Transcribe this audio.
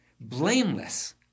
Blameless